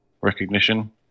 recognition